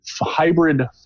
hybrid